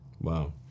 Wow